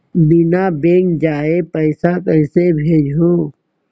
बिना बैंक जाए पइसा कइसे भेजहूँ?